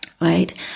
Right